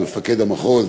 למפקד המחוז,